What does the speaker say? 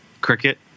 Cricket